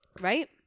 Right